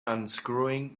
unscrewing